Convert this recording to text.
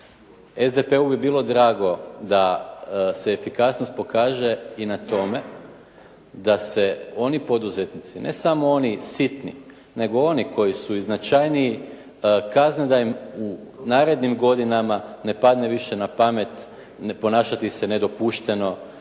SDP-u bi bilo drago da se efikasnost pokaže i na tome da se oni poduzetnici, ne samo oni sitni, nego oni koji su i značajniji kazne da im u narednim godinama ne padne više na pamet ponašati se nedopušteno